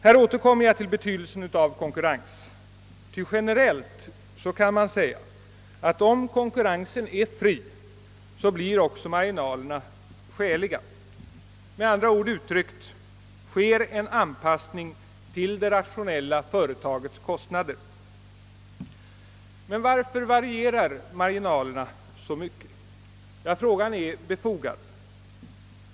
Jag återkommer till betydelsen av konkurrens, ty generellt kan man säga att om konkurrensen är fri blir också marginalerna skäliga. Med andra ord uttryckt sker en anpassning till det rationella företagets kostnader. Men varför varierar marginalerna så mycket? Ja, frågan är befogad.